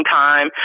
time